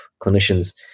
clinicians